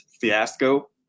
fiasco